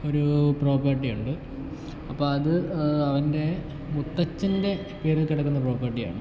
ഒരു പ്രോപ്പർട്ടി ഉണ്ട് അപ്പം അത് അവൻ്റെ മുത്തച്ഛൻ്റെ പേരിൽ കിടക്കുന്ന പ്രോപ്പർട്ടിയാണ്